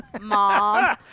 mom